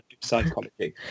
psychology